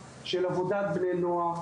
של עבודת בני נוער.